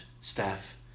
staff